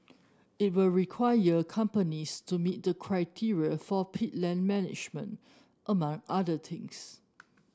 it will require companies to meet the criteria for peat land management among other things